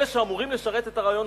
אלה שאמורים לשרת את הרעיון,